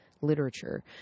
literature